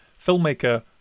filmmaker